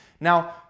Now